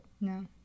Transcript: No